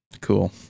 Cool